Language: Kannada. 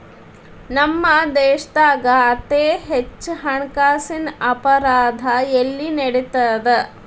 ನಮ್ಮ ದೇಶ್ದಾಗ ಅತೇ ಹೆಚ್ಚ ಹಣ್ಕಾಸಿನ್ ಅಪರಾಧಾ ಎಲ್ಲಿ ನಡಿತದ?